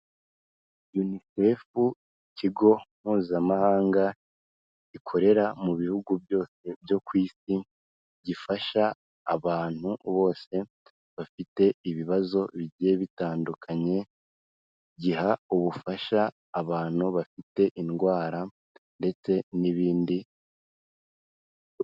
UNICEF, ikigo mpuzamahanga gikorera mu bihugu byose byo ku isi, gifasha abantu bose bafite ibibazo bigiye bitandukanye, giha ubufasha abantu bafite indwara ndetse n'ibindi.